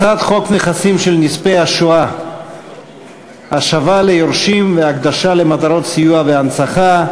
הצעת חוק נכסים של נספי השואה (השבה ליורשים והקדשה למטרות סיוע והנצחה)